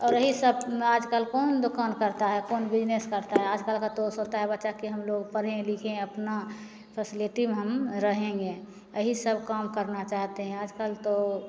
और यही सब आजकल कौन दुक़ान करता है कौन बिज़नेस करता है आजकल का तो सोचता है बच्चा कि हमलोग पढ़ें लिखें अपना फैसिलिटी में हम रहेंगे यही सब काम करना चाहते हैं आजकल तो